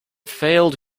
failed